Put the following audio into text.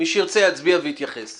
שאני לא חושבת שסוגי החייבים שם הם שונים.